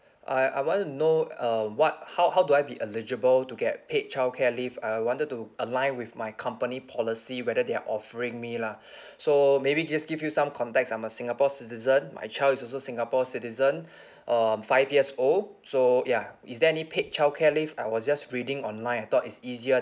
I I wan to know uh what how how do I be eligible to get paid childcare leave I wanted to align with my company policy whether they're offering me lah so maybe just give you some context I'm a singapore citizen my child is also singapore citizen um five years old so ya is there any paid childcare leave I was just reading online I thought it's easier